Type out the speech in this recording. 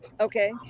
okay